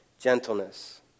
gentleness